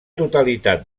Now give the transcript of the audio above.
totalitat